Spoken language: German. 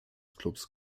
clubs